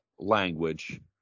language